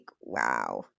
wow